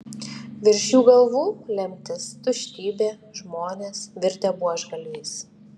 virš jų galvų lemtis tuštybė žmonės virtę buožgalviais